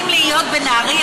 שומע.